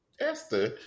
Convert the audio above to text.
Esther